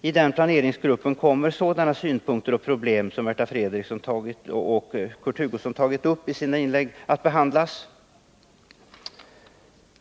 I den planeringsgruppen kommer sådana synpunkter och problem som Märta Fredrikson och Kurt Hugosson tagit upp i sina inlägg att behandlas.